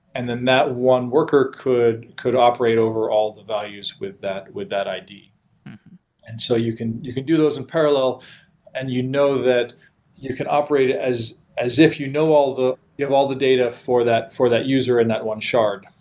and then that one worker could could operate over all the values with that with that id and so you can you can do those in parallel and you know that you can operate as as if you know all the you have all the data for that for that user and that one shard.